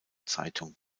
zeitung